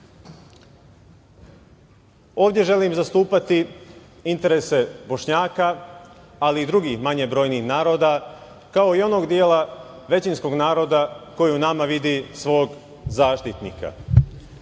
želim zastupati interese Bošnjaka, ali i drugih manje brojnih naroda, kao i onog dela većinskog naroda koji u nama vidi svog zaštitnika.